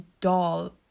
doll